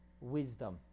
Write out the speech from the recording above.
wisdom